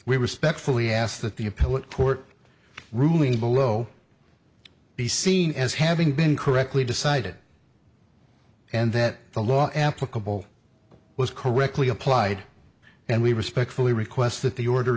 we respectfully ask that the appellate court ruling below be seen as having been correctly decided and that the law applicable was correctly applied and we respectfully request that the order